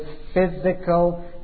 physical